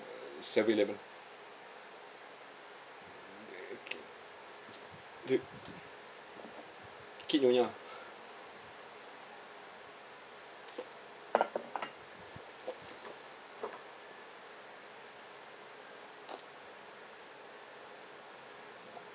err seven eleven the~ kid nyonya